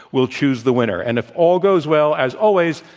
will choose the winner. and if all goes well, as always,